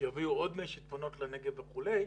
שיביאו עוד מי שיטפונות לנגב וכו',